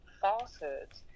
falsehoods